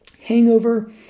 hangover